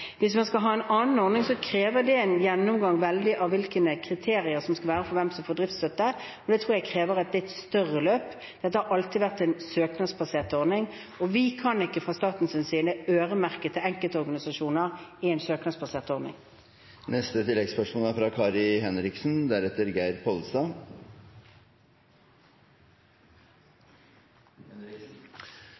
Hvis man skal ha en annen ordning, krever det en gjennomgang av hvilke kriterier det skal være for å få driftsstøtte. Det tror jeg krever et litt større løp. Dette har alltid vært en søknadsbasert ordning, og vi kan ikke fra statens side øremerke til enkeltorganisasjoner i en søknadsbasert ordning. Kari Henriksen